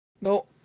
No